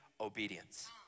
obedience